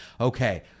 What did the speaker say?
Okay